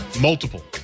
multiple